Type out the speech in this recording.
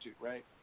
right